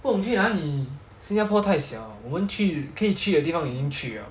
不懂去哪里新加坡大小我们去可以去的地方已经去了